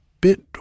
bit